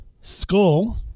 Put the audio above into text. Skull